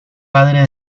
padre